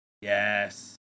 Yes